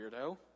weirdo